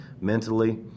mentally